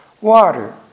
Water